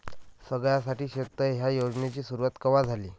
सगळ्याइसाठी शेततळे ह्या योजनेची सुरुवात कवा झाली?